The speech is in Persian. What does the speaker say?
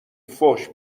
فحش